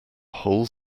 whole